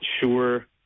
sure